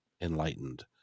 enlightened